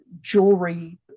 jewelry